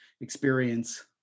experience